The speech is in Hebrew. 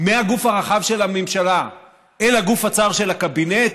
מהגוף הרחב של הממשלה אל הגוף הצר של הקבינט,